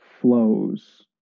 flows